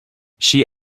she